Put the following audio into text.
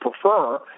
prefer